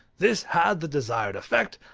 this had the desired effect,